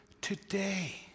today